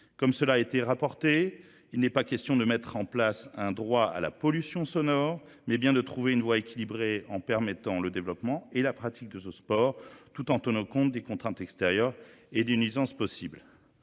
Comme cela a été rapporté, il n'est pas question de mettre en place un droit à la pollution sonore, mais bien de trouver une voie équilibrée en permettant le développement et la pratique de ce sport tout en tenant compte des contraintes extérieures et d'une usance possible.